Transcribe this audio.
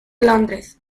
londres